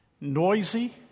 noisy